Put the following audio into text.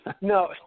No